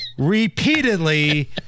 repeatedly